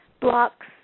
blocks